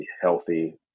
healthy